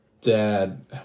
dad